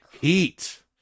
heat